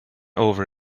over